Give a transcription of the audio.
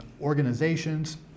organizations